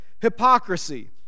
hypocrisy